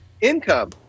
income